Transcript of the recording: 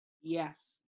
yes